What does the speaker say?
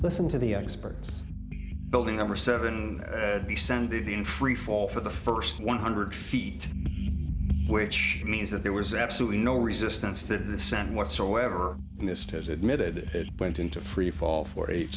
listen to the experts building number seven b sounded in freefall for the first one hundred feet which means that there was absolutely no resistance to the center whatsoever missed has admitted it went into freefall for eight